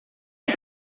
die